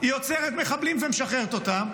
היא עוצרת מחבלים ומשחררת אותם.